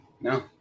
No